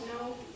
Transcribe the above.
no